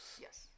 Yes